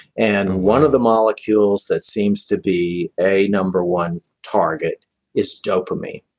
and one of the molecules that seems to be a number one target is dopamine.